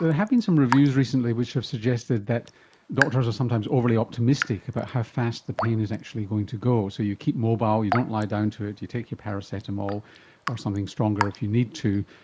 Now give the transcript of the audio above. there have been some reviews recently which have suggested that doctors are sometimes overly optimistic about how fast the pain is actually going to go, so you keep mobile, you don't lie down to it, you take your paracetamol or something stronger if you need to,